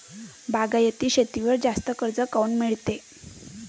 बागायती शेतीवर जास्त कर्ज काऊन मिळते?